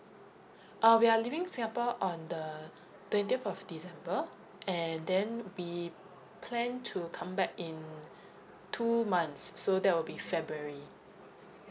uh we are leaving singapore on the twentieth of december and then we plan to come back in two months so that will be february